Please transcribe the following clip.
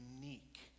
unique